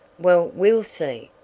well, we'll see.